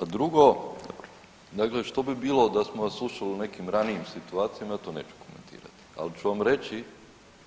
A drugo, dakle što bi bilo da smo vas slušali u nekim ranijim situacijama, ja to neću komentirati, ali ću vam reći